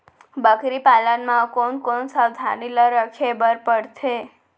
बकरी पालन म कोन कोन सावधानी ल रखे बर पढ़थे?